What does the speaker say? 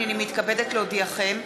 הנני מתכבדת להודיעכם,